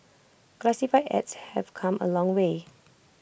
classified ads have come A long way